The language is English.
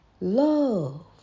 Love